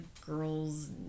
girl's